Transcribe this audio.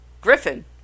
Griffin